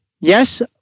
Yes